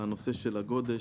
נושא הגודש,